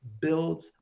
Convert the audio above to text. build